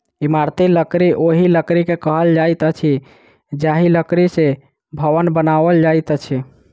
इमारती लकड़ी ओहि लकड़ी के कहल जाइत अछि जाहि लकड़ी सॅ भवन बनाओल जाइत अछि